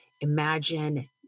Imagine